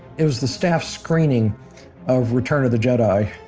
it was the staff screening of return of the jedi.